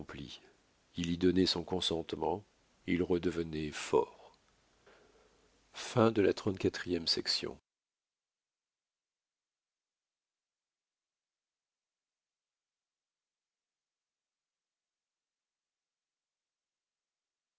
il y donnait son consentement il redevenait fort